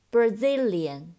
Brazilian